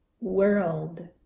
world